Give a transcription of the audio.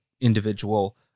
individual